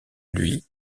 lui